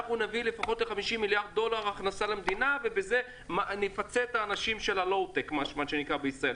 נביא 50 מיליארד הכנסה למדינה ובזה נפצה את האנשים של הלואוטק בישראל.